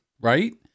Right